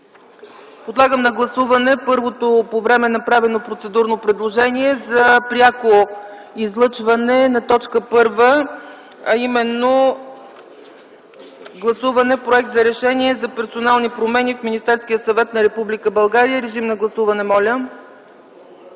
Поставям на гласуване първото по време направено процедурно предложение за пряко излъчване на т. 1 – гласуването на проект за Решение за персонални промени в Министерския съвет на Република България. Моля, гласувайте.